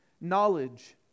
knowledge